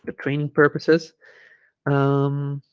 ah training purposes um